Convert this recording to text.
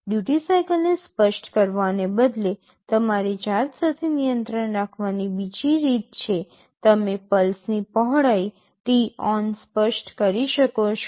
duty સાઇકલને સ્પષ્ટ કરવાને બદલે તમારી જાત સાથે નિયંત્રણ રાખવાની બીજી રીત છે તમે પલ્સની પહોળાઈ t on સ્પષ્ટ કરી શકો છો